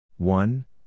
One